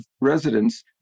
residents